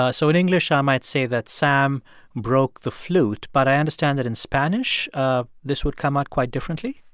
ah so in english, i ah might say that sam broke the flute. but i understand that in spanish, ah this would come out quite differently